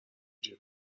جیغ